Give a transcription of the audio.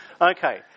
Okay